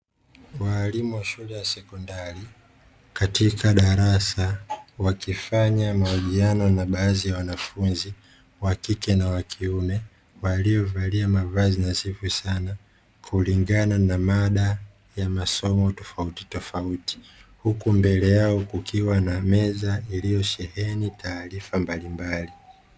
Waalimu wa shule ya sekondari katika darasa, wakifanya mahojiano na baadhi ya wanafunzi, wa kike na wa kiume, waliovalia mavazi nadhifu sana kulingana na mada ya masomo tofautitofauti, huku mbele yao kukiwa na meza iliyosheheni taarifa mbalimbali.